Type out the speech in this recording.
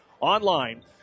online